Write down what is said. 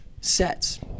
sets